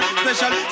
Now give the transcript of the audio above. special